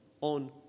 on